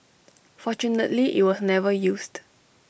fortunately IT was never used